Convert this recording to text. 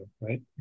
right